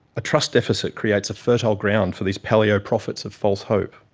a trust deficit creates fertile ground for these paleo prophets of false hope.